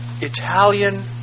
Italian